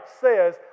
says